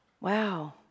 Wow